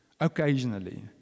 occasionally